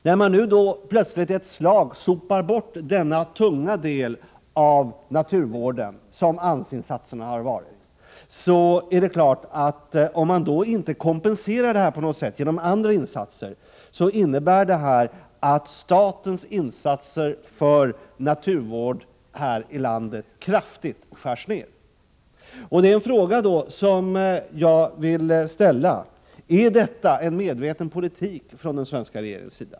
När man nu plötsligt i ett slag sopar bort den tunga del av naturvården som AMS insatserna har varit innebär det — om man inte kompenserar bortfallet genom andra insatser — att statens insatser för naturvård här i landet kraftigt skärs ned. Jag vill ställa följande fråga: Är detta en medveten politik från den svenska regeringens sida?